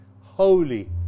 holy